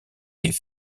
est